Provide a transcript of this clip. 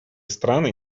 страны